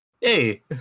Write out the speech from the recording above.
Hey